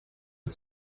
but